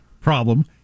problem